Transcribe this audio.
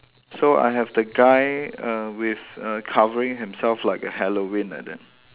so I have the guy err with err covering himself like a Halloween like that